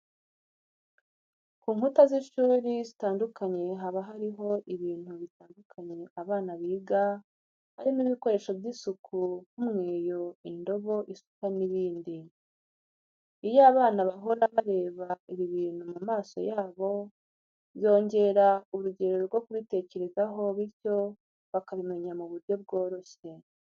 Ku nkuta z'ishuri zitandukanye haba hariho ibintu bitandukanye abana biga, harimo ibikoresho by'isuku nk'umweyo, indobo, isuka n'ibindi. Iyo abana bahora bareba ibi bintu mu maso yabo byongera urugero rwo kubitekerezaho, bityo bakabimenya mu buryo bworoshye.